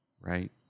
right